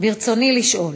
ברצוני לשאול: